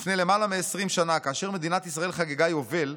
לפני למעלה מ-20 שנה, כאשר מדינת ישראל חגגה יובל,